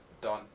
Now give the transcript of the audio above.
done